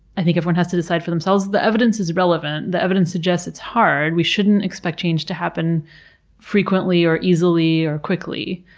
i think, everyone has to decide for themselves. the evidence is relevant, the evidence suggests that it's hard. we shouldn't expect change to happen frequently, or easily, or quickly.